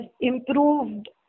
improved